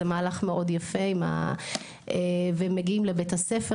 זה מהלך מאוד יפה ומגיעים לבית הספר.